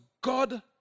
God